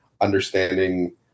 understanding